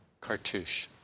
cartouche